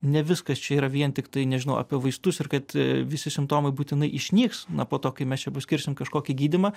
ne viskas čia yra vien tiktai nežinau apie vaistus ir kad visi simptomai būtinai išnyks na po to kai mes čia paskirsim kažkokį gydymą